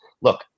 look